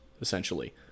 essentially